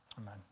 Amen